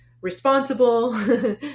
responsible